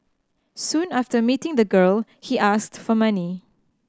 soon after meeting the girl he asked for money